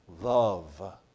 love